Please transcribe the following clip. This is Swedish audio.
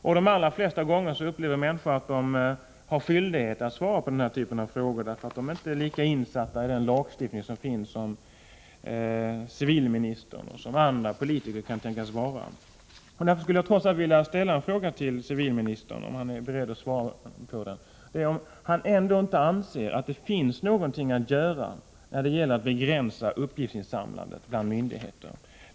I de allra flesta fall upplever människor att de har skyldighet att svara på den här typen av frågor, för de är inte lika insatta i lagstiftningen som civilministern och andra politiker kan tänkas vara. Därför skulle jag trots allt vilja fråga civilministern, om han nu är beredd att svara, ifall han ändå inte anser att det finns någonting att göra när det gäller att begränsa uppgiftsinsamlandet bland myndigheter.